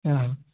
आहा